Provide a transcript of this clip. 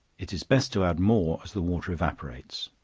it is best to add more as the water evaporates,